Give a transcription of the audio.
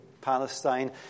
Palestine